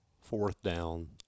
fourth-down